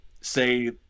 say